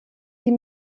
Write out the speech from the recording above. die